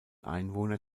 einwohner